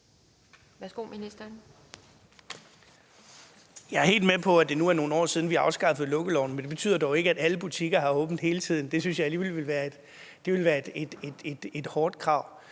(Søren Pind): Jeg er helt med på, at det nu er nogle år siden, vi afskaffede lukkeloven, men det betyder dog ikke, at alle butikker har åbent hele tiden – det synes jeg alligevel ville være et hårdt krav.